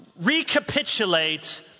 recapitulate